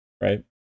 right